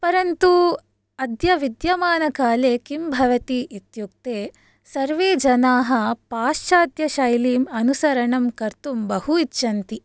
परन्तु अद्य विद्यमानकाले किं भवति इत्युक्ते सर्वे जनाः पाश्चात्यशैलीम् अनुसरणं कर्तुं बहु इच्छन्ति